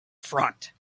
front